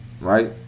right